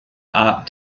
art